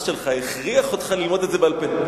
שלהם הכריח אותם ללמוד את זה בעל-פה.